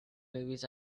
movies